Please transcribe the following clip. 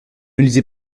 lisez